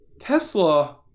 Tesla